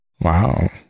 Wow